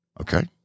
okay